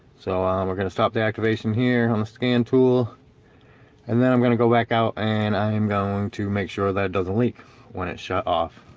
so um we're gonna stop the activation here on the scan tool and then i'm gonna go back out, and i'm going to make sure that it doesn't leak when it shut off